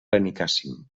benicàssim